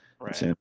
Right